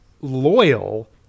loyal